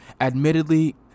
Admittedly